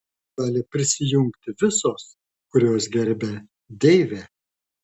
gali prisijungti visos kurios gerbia deivę